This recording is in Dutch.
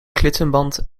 klittenband